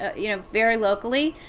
you know, very locally.